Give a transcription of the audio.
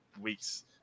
weeks